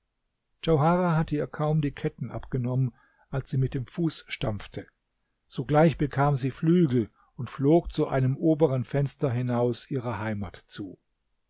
djauharah hatte ihr kaum die ketten abgenommen als sie mit dem fuß stampfte sogleich bekam sie flügel und flog zu einem oberen fenster hinaus ihrer heimat zu